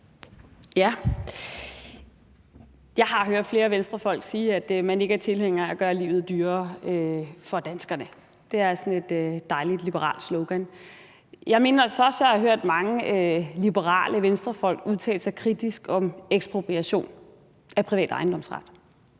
Jeg har hørt flere Venstrefolk sige, at man ikke er tilhænger af at gøre livet dyrere for danskerne. Det er sådan et dejlig liberalt slogan. Jeg mener så også at have hørt mange liberale Venstrefolk udtale sig kritisk om ekspropriation af privat ejendomsret.